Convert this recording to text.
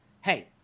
Hey